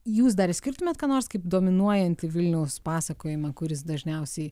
jūs dar išskirtumėt ką nors kaip dominuojantį vilniaus pasakojimą kuris dažniausiai